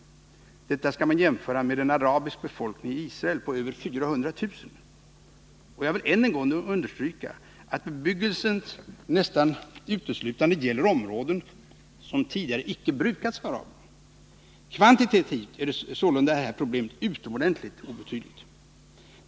Detta skall man jämföra med en arabisk befolkning i Israel på över 400 000. Och jag vill än en gång understryka att bebyggelsen nästan uteslutande gäller områden som tidigare icke brukats av araberna. Kvantitativt är sålunda det här problemet utomordentligt obetydligt.